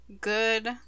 good